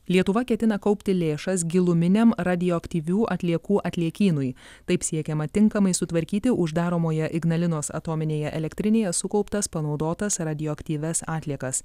lietuva ketina kaupti lėšas giluminiam radioaktyvių atliekų atliekynui taip siekiama tinkamai sutvarkyti uždaromoje ignalinos atominėje elektrinėje sukauptas panaudotas radioaktyvias atliekas